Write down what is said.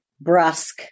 brusque